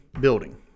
building